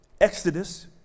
Exodus